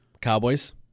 Cowboys